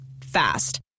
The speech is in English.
Fast